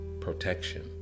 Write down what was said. protection